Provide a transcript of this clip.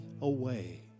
away